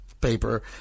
Paper